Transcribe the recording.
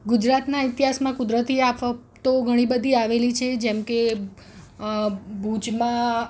ગુજરાતના ઇતિહાસમાં કુદરતી આફતો ઘણી બધી આવેલી છે જેમ કે ભુજમાં